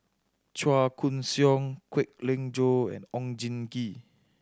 Chua Koon Siong Kwek Leng Joo and Oon Jin Gee